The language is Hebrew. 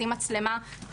לשים מצלמה,